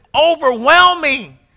overwhelming